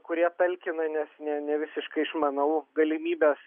kurie talkina nes ne nevisiškai išmanau galimybes